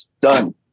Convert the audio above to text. done